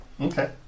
Okay